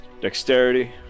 Dexterity